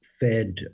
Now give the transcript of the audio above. fed